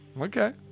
Okay